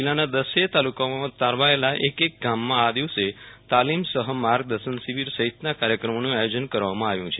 જિલ્લાના દસેય તાલુકાઓમાં તારવાયેલા એક એક ગામમાં આ દિવસે તાલીમ સહમાર્ગદર્શન શિબિર સહિતના કાર્યક્રમોનું આયોજન કરવામાં આવ્યું છે